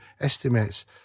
estimates